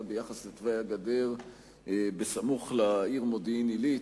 ביחס לתוואי הגדר בסמוך לעיר מודיעין-עילית.